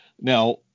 Now